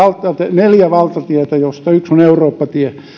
neljä valtatietä joista yksi on eurooppa tie